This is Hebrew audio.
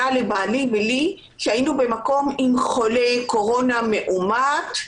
לבעלי ולי שהיינו במקום עם חולה קורונה מאומת,